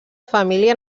família